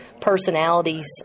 personalities